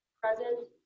present